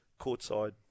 courtside